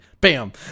bam